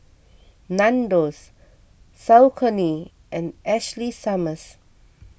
Nandos Saucony and Ashley Summers